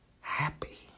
happy